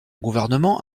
gouvernement